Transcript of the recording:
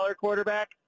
quarterback